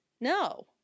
no